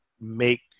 make